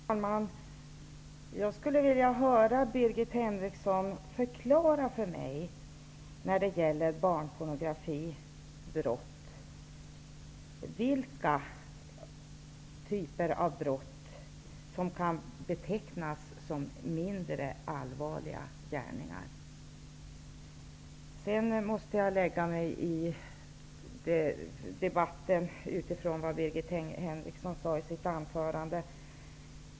Herr talman! Jag skulle vilja höra Birgit Henriksson förklara för mig vilka typer av barnpornografibrott som kan betecknas som mindre allvarliga. Jag måste lägga mig i debatten med tanke på det Birgit Henriksson sade i sitt anförande.